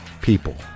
people